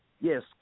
Yes